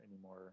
anymore